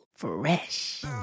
fresh